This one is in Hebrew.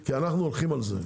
כי אנו הולכים על זה.